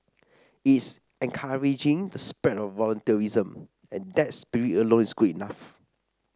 it's encouraging the spread of voluntarism and that spirit alone is good enough